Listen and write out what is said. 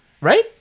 right